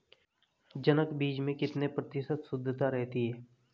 जनक बीज में कितने प्रतिशत शुद्धता रहती है?